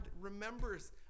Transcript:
remembers